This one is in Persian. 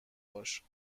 باش